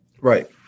right